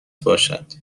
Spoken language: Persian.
باشد